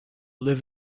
live